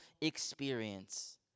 experience